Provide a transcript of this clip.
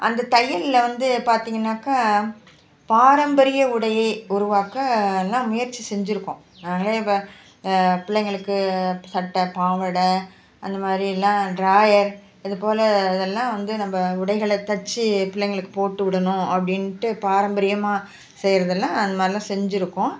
அந்த தையல்ல வந்து பார்த்திங்கனாக்கா பாரம்பரிய உடையை உருவாக்கனால் முயற்சி செஞ்சிருக்கோம் நாங்களே இப்போ பிள்ளைங்களுக்கு சட்டை பாவாட அந்த மாதிரியெல்லாம் டிராயர் இது போல் இதெல்லாம் வந்து நம்ம உடைகளை தைச்சி பிள்ளைங்களுக்கு போட்டுவிடணும் அப்படின்ட்டு பாரம்பரியமாக செய்கிறதெல்லாம் அந்த மாதிரிலாம் செஞ்சிருக்கோம்